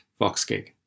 VoxGig